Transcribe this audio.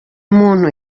muntu